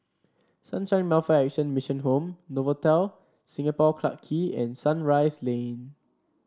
Sunshine Welfare Action Mission Home Novotel Singapore Clarke Quay and Sunrise Lane